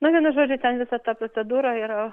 nu vienu žodžiu ten visa ta procedūra yra